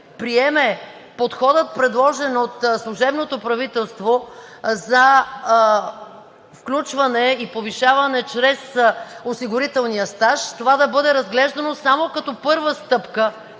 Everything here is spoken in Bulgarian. приеме подходът, предложен от служебното правителство за включване и повишаване чрез осигурителния стаж, това да бъде разглеждано само като първа стъпка